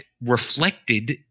reflected